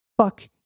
Fuck